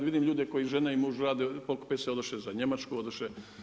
Vidim ljude koji žena i muž rade, pokupe se odoše za Njemačku, odoše.